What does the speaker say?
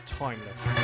timeless